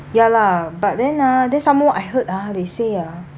ya lah but then ah then some more I heard ah they say ah